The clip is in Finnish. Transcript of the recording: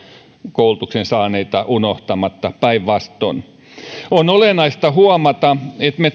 koulutuksen saaneita unohtamatta päinvastoin on olennaista huomata että me